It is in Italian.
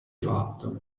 fatto